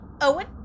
Owen